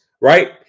right